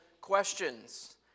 questions